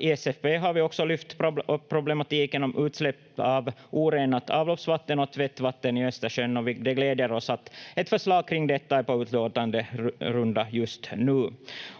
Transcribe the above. I SFP har vi också lyft upp problematiken med utsläpp av orenat avloppsvatten och tvättvatten i Östersjön. Det glädjer oss att ett förslag kring detta är på utlåtanderunda just nu.